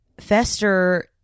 Fester